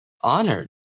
honored